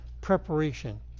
preparation